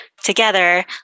together